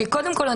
קודם כל,